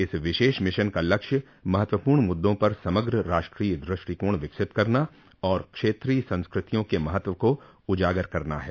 इस विशेष मिशन का लक्ष्य महत्वपूर्ण मुद्दों पर समग्र राष्ट्रीय दृष्टिकोण विकसित करना और क्षेत्रीय संस्कृतियों के महत्व को उजागर करना है